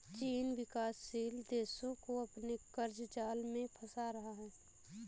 चीन विकासशील देशो को अपने क़र्ज़ जाल में फंसा रहा है